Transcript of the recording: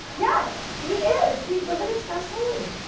yes, he is, he's living his best life.